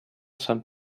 san